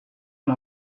and